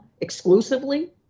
exclusively